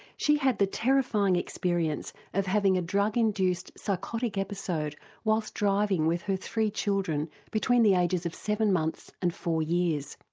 she had the terrifying experience of having a drug induced psychotic episode whilst driving with her three children between the ages of seven months and four years.